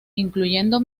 incluyendo